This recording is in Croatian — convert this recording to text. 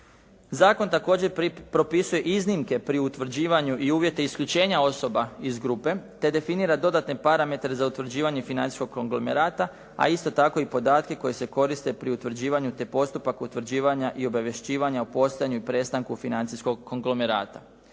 Zakon također propisuje iznimke pri utvrđivanju i uvjete isključenja osoba iz grupe te definira dodatne parametre za utvrđivanje financijskog konglomerata, a isto tako i podatke koji se koriste pri utvrđivanju te postupak utvrđivanja i obavješćivanja o postojanju i prestanku financijskog konglomerata.